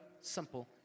simple